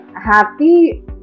happy